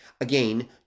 Again